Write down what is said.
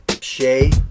Shay